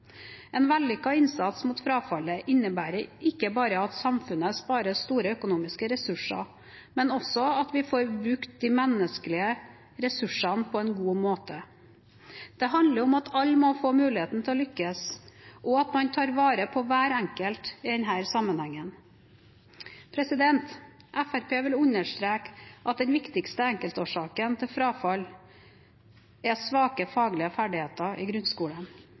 En vellykket innsats mot frafallet innebærer ikke bare at samfunnet sparer store økonomiske ressurser, men også at vi får brukt de menneskelige ressursene på en god måte. Det handler om at alle må få muligheten til å lykkes, og at man tar vare på hver enkelt i denne sammenhengen. Fremskrittspartiet vil understreke at den viktigste enkeltårsaken til frafall er svake faglige ferdigheter i grunnskolen.